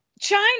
China